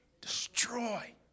destroy